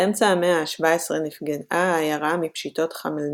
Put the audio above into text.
באמצע המאה ה-17 נפגעה העיירה מפשיטות חמלניצקי.